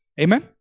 Amen